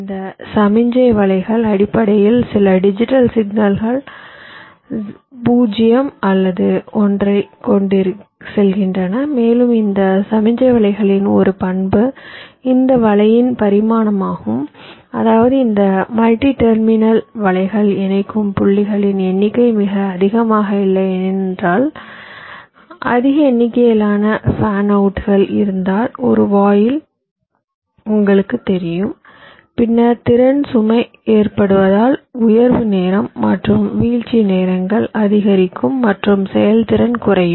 இந்த சமிக்ஞை வலைகள் அடிப்படையில் சில டிஜிட்டல் சிக்கனல்கள் 0 அல்லது 1 ஐ கொண்டு செல்கின்றன மேலும் இந்த சமிக்ஞை வலைகளின் ஒரு பண்பு இந்த வலையின் பரிமாணம் ஆகும் அதாவது இந்த மல்டி டெர்மினல் வலைகள் இணைக்கும் புள்ளிகளின் எண்ணிக்கை மிக அதிகமாக இல்லை ஏனென்றால் அதிக எண்ணிக்கையிலான பேன் அவுட்கள் இருந்தால் ஒரு வாயில் உங்களுக்குத் தெரியும் பின்னர் திறன் சுமை ஏற்றப்படுவதால் உயர்வு நேரம் மற்றும் வீழ்ச்சி நேரங்கள் அதிகரிக்கும் மற்றும் செயல்திறன் குறையும்